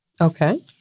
Okay